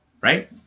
right